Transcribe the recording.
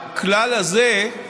הכלל הזה,